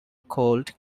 cold